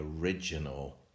original